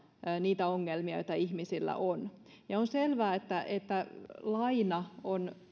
niitä ongelmia joita ihmisillä on on selvää että että laina on